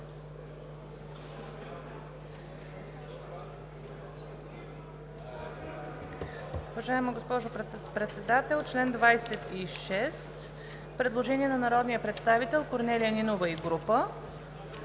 Уважаема госпожо Председател, по чл. 26 има предложение от народния представител Корнелия Нинова и група